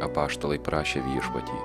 apaštalai prašė viešpatį